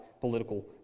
political